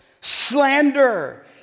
slander